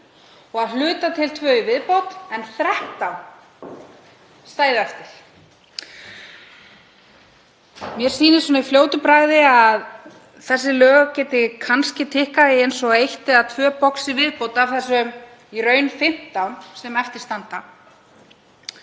og að hluta til tvenn í viðbót en 13 stæðu eftir. Mér sýnist í fljótu bragði að þessi lög geti kannski tikkað í eitt eða tvö box í viðbót af þessum í raun 15 sem eftir standa.